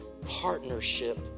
partnership